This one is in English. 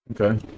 Okay